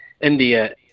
India